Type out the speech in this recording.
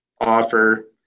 offer